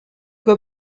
cow